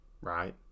right